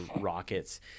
rockets